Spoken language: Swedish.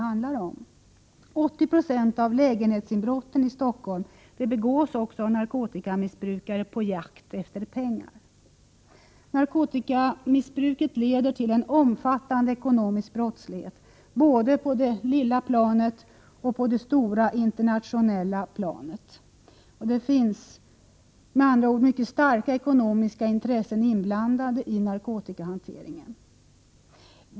80 96 av lägenhetsinbrotten i Stockholm begås av narkotikamissbrukare i jakten efter pengar. Narkotikamissbruket leder till en omfattande ekonomisk brottslighet, både på det lilla planet och på det stora internationella planet. Det finns med andra ord mycket starka ekonomiska intressen inblandade i narkotikahanteringen.